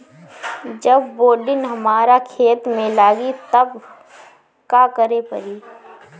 जब बोडिन हमारा खेत मे लागी तब का करे परी?